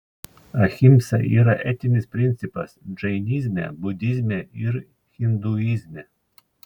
ahimsa yra etinis principas džainizme budizme ir hinduizme